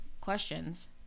questions